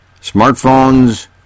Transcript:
Smartphones